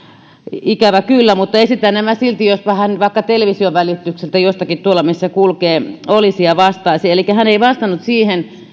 ikävä kyllä mutta esitän nämä silti jospa hän vaikka television välityksellä tai jostakin tuolta missä kulkee kuulisi ja vastaisi elikkä hän ei vastannut siihen